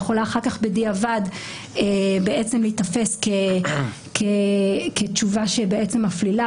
יכולה אחר כך בדיעבד להיתפס כתשובה שמפלילה,